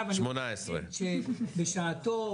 אני רוצה להגיד שבשעתו,